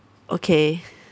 okay